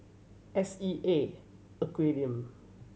S E A Aquarium